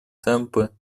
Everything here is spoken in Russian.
темпы